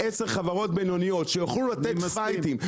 עשר חברות בינוניות שיוכלו לתת פייטים,